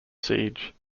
siege